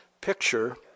picture